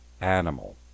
animal